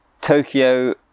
Tokyo